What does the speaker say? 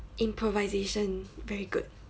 improvisation very good